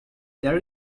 there